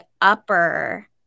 upper